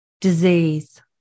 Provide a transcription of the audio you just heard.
Disease